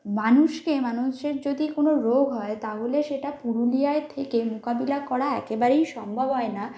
মানুষকে মানুষের যদি কোনো রোগ হয় তাহলে সেটা পুরুলিয়া থেকে মোকাবিলা করা একেবারেই সম্ভব হয় না